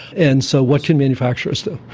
and so what can manufacturers do?